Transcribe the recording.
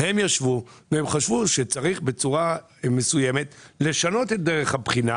אני חושב שאפשר להגיד בצורה מאוד משמעותית ובפה מלא,